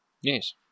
Yes